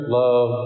love